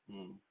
mm